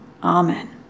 Amen